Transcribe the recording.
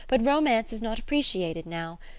but romance is not appreciated now.